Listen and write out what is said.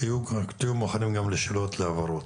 תהיו מוכנים גם לשאלות, להבהרות.